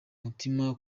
mutima